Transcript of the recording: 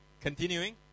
continuing